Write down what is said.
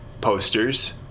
posters